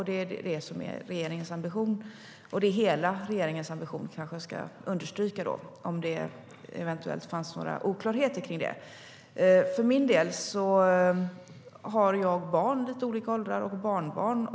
Det är det som är regeringens ambition, och jag ska understryka att det är hela regeringens ambition om det eventuellt fanns några oklarheter om det. Jag har för min del barn i lite olika åldrar och barnbarn.